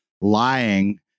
lying